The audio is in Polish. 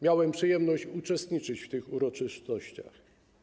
Miałem przyjemność uczestniczyć w tych uroczystościach.